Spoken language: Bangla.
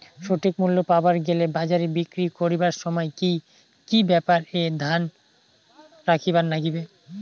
সঠিক মূল্য পাবার গেলে বাজারে বিক্রি করিবার সময় কি কি ব্যাপার এ ধ্যান রাখিবার লাগবে?